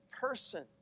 person